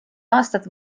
aastat